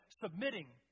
submitting